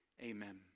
Amen